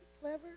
clever